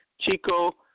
Chico